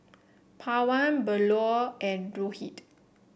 Pawan Bellur and Rohit